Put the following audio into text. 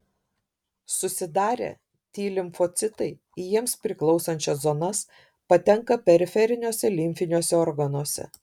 susidarę t limfocitai į jiems priklausančias zonas patenka periferiniuose limfiniuose organuose